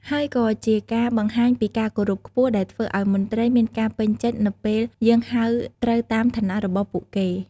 ហើយក៏ជាការបង្ហាញការគោរពខ្ពស់ ដែលធ្វើអោយមន្ត្រី មានការពេញចិត្តនៅពេលយើងហៅត្រូវតាមឋានៈរបស់ពួកគេ។